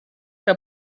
que